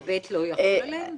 ב לא יכול עליהן?